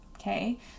okay